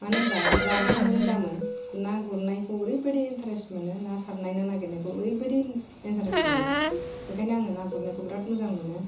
मानो होनोबा जानो मोन दामोन ना गुरनायखौ आं ओरैबायदि इन्टारेस्त मोनो ना सारनाय ना नागिरनायखौ ओरैबायदि एन्टारेस्ट मोनो बेखायनो आं ना गुरनायखौ बेरात मोजां मोनो